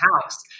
House